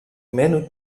menu